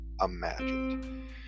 imagined